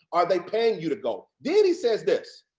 are they paying you to go? then he says this,